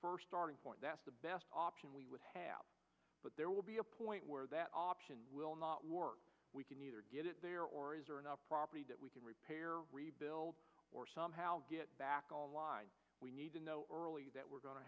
first starting point that's the best option we would have but there will be a point where that option will not work we can either get it there or is there enough property that we can repair rebuild or somehow get back on line we need to know early that we're go